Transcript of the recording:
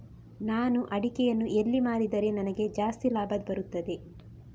ನಾನು ಅಡಿಕೆಯನ್ನು ಎಲ್ಲಿ ಮಾರಿದರೆ ನನಗೆ ಜಾಸ್ತಿ ಲಾಭ ಬರುತ್ತದೆ?